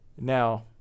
Now